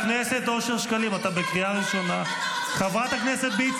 אתה יודע שאני מכבד אותך --- אתה מכבד אותי?